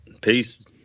Peace